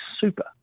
super